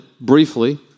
briefly